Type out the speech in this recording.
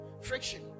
Friction